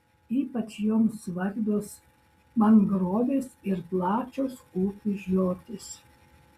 ypač joms svarbios mangrovės ir plačios upių žiotys